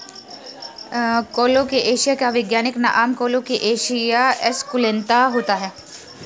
colocasia का वैज्ञानिक नाम कोलोकेशिया एस्कुलेंता होता है